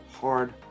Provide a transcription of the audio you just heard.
hard